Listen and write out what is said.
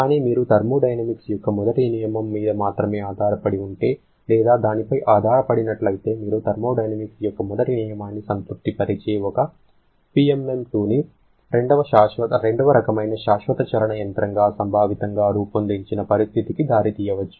కానీ మీరు థర్మోడైనమిక్స్ యొక్క మొదటి నియమం మీద మాత్రమే ఆధారపడి ఉంటే లేదా దానిపై ఆధారపడినట్లయితే మీరు థర్మోడైనమిక్స్ యొక్క మొదటి నియమాన్ని సంతృప్తిపరిచే ఒక PMM IIని రెండవ రకమైన శాశ్వత చలన యంత్రాన్ని సంభావితంగా రూపొందించిన పరిస్థితికి దారితీయవచ్చు